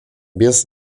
без